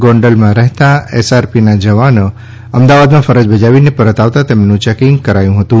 ગોંડલ રહેતા એસઆરપીના જવાનો અમદાવાદમાં ફરજ બજાવીને પરત આવતા તેમનું ચેકિંગ કરાયું હતું